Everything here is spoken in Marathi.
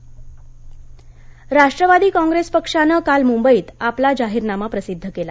राष्ट्वादी राष्ट्रवादी काँग्रेस पक्षानं काल मुंबईत आपला जाहिरनामा प्रसिध्द केला